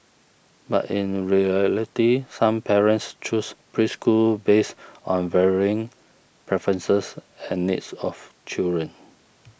but in reality some parents choose preschools based on varying preferences and needs of children